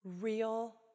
real